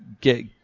get